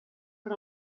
per